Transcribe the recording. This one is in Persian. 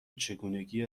چگونگی